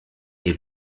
est